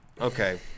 okay